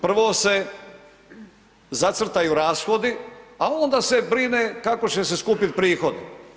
Prvo se zacrtaju rashodi, a onda se brine kako će se skupiti prihodi.